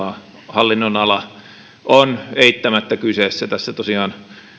hallinnon ala on eittämättä kyseessä tässä tosiaan